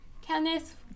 Kenneth